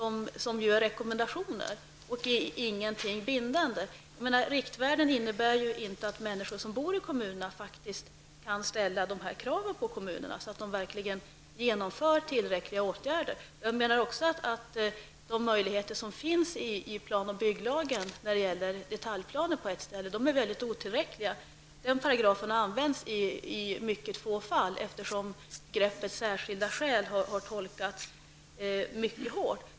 De är rekommendationer och är inte bindande. Riktvärden innebär inte att människor som bor i kommunerna kan ställa dessa krav på kommunerna så att tillräckliga åtgärder genomförs. De möjligheter som finns i plan och bygglagen när det gäller detaljplaner är otillräckliga. Den paragrafen används i få fall eftersom begreppet särskilda skäl tolkas mycket hårt.